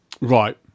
right